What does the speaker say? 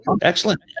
excellent